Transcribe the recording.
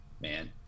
man